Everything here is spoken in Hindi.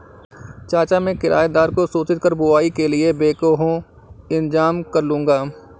चाचा मैं किराएदार को सूचित कर बुवाई के लिए बैकहो इंतजाम करलूंगा